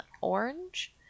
orange